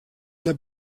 les